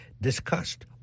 discussed